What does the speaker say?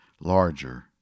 larger